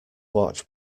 watch